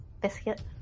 Biscuit